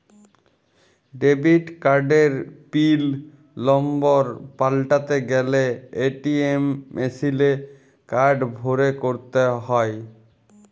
debit কার্ডের pin number পাল্টাতে গ্যালে এ.টি.এম মেশিলে কার্ড ভরে ক্যরতে হ্য়য়